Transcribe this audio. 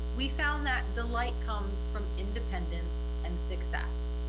we found that the light comes from independence and success.